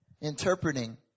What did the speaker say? interpreting